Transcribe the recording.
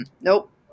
nope